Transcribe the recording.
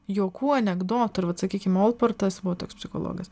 juokų anekdotų ir vat sakykim olpertas buvo toks psichologas